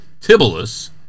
Tibullus